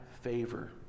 favor